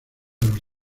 los